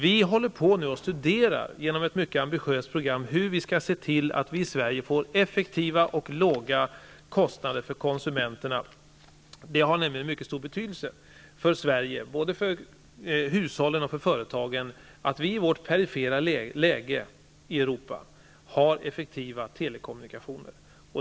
Vi studerar för närvarande genom ett mycket ambitiöst program hur vi i Sverige kan få effektiva och låga kostnader för konsumenterna. Det har nämligen mycket stor betydelse för både de svenska hushållen och företagen att Sverige med sitt perifera läge i Europa har effektiva telekommunikationer.